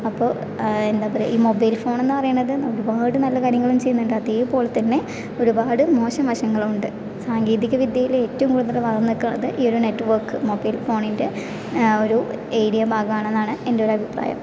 അപ്പോൾ എന്താ പറയുക ഈ മൊബൈൽ ഫോണെന്ന് പറയണത് ഒരുപാട് നല്ല കാര്യങ്ങളും ചെയ്യുന്നുണ്ട് അതേ പോലത്തന്നെ ഒരുപാട് മോശം വശങ്ങളുമുണ്ട് സാങ്കേതിക വിദ്യയില് ഏറ്റവും കൂടുതൽ വളർന്നിട്ടുള്ളത് ഈ ഒരു നെറ്റ്വർക്ക് മൊബൈൽ ഫോണിൻ്റെ ആ ഒരു ഏരിയ ഭാഗമാണെന്നാണ് എൻ്റെ ഒരു അഭിപ്രായം